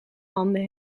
handen